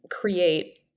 create